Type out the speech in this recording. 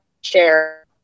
share